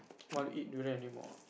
want to eat durian anymore ah